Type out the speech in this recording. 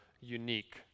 unique